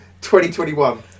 2021